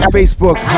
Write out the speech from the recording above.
Facebook